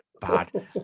bad